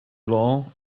law